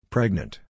Pregnant